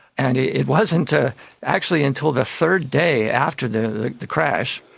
and it wasn't ah actually until the third day after the the crash,